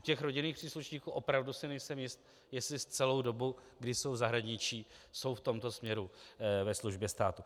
U rodinných příslušníků opravdu si nejsem jist, jestli celou dobu, kdy jsou v zahraničí, jsou v tomto směru ve službě státu.